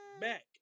back